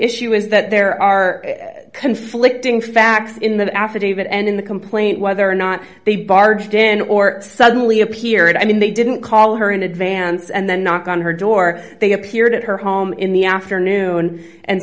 issue is that there are conflicting facts in that affidavit and in the complaint whether or not they barged in or suddenly appeared i mean they didn't call her in advance and then knock on her door they appeared at her home in the afternoon and